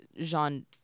Jean